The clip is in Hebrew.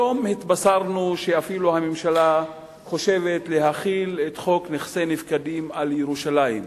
היום התבשרנו שהממשלה אפילו חושבת להחיל את חוק נכסי נפקדים על ירושלים.